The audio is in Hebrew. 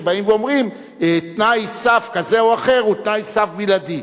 שבאים ואומרים: תנאי סף כזה או אחר הוא תנאי סף בלעדי.